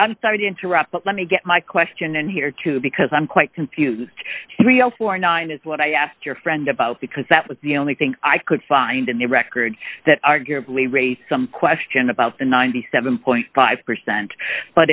i'm sorry to interrupt but let me get my question in here too because i'm quite confused brielle forty nine is what i asked your friend about because that was the only thing i could find in the records that arguably raised some question about the ninety seven five percent but